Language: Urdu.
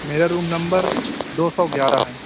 میرا روم نمبر دو سو گیارہ ہے